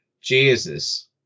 Jesus